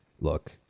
look